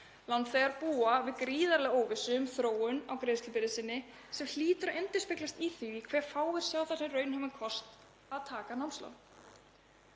Lánþegar búa við gríðarlega óvissu um þróun á greiðslubyrði sinni sem hlýtur að endurspeglast í því hve fáir sjá það sem raunhæfan kost að taka námslán.